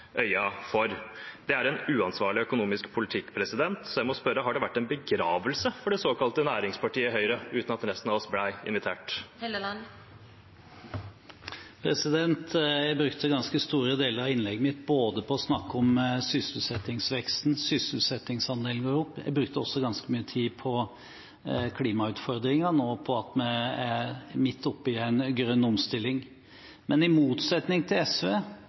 for. Det er en uansvarlig økonomisk politikk, så jeg må spørre: Har det vært begravelse for det såkalte næringspartiet Høyre uten at resten av oss ble invitert? Jeg brukte ganske store deler av innlegget mitt på å snakke om sysselsettingsveksten, at sysselsettingsandelen går opp, og jeg brukte også ganske mye tid på klimautfordringene og på at vi er midt oppe i en grønn omstilling. Men i motsetning til SV,